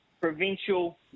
provincial